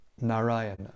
Narayana